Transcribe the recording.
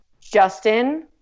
Justin